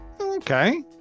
okay